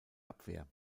abwehr